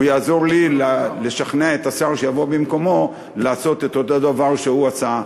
הוא יעזור לי לשכנע את השר שיבוא במקומו לעשות את אותו דבר שהוא עשה,